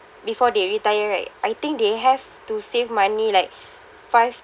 before they retire right I think they have to save money like five